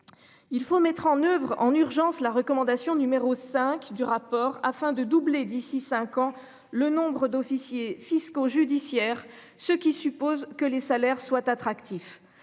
Il faut mettre en oeuvre en urgence la recommandation numéro 5 du rapport afin de doubler d'ici 5 ans, le nombre d'officiers fiscaux judiciaires, ce qui suppose que les salaires soient attractifs.